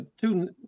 two